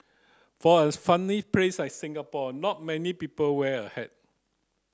for a sunny place like Singapore not many people wear a hat